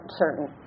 certain